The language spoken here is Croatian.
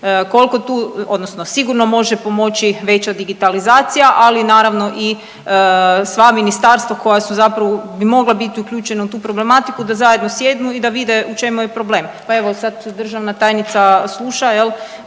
Koliko tu, odnosno sigurno može pomoći veća digitalizacija, ali naravno i sva ministarstva koja su zapravo bi mogla biti uključena u tu problematiku da zajedno sjednu i da vide u čemu je problem. Evo sad državna tajnica sluša jel',